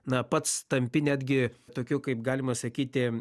na pats tampi netgi tokiu kaip galima sakyti